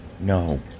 No